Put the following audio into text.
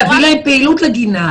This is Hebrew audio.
להביא להם פעילות לגינה,